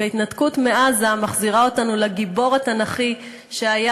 כי ההתנתקות מעזה מחזירה אותנו לגיבור התנ"כי שהיה